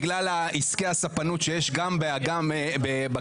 בגלל עסקי הספנות שיש גם בכנרת,